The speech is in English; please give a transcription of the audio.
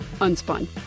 Unspun